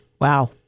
Wow